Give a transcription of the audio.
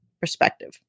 perspective